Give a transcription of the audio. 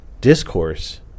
discourse